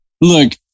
Look